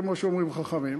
כמו שאומרים חכמים.